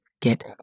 get